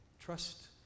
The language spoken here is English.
Trust